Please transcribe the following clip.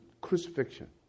crucifixion